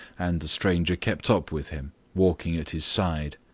and the stranger kept up with him, walking at his side.